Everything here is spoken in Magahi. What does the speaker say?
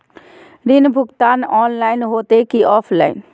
ऋण भुगतान ऑनलाइन होते की ऑफलाइन?